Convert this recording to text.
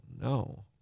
no